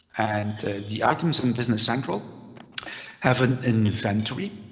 and the items in business central have an inventory.